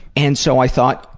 and, so i thought,